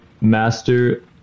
master